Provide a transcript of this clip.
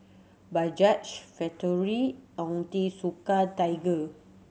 Bajaj Factorie Onitsuka Tiger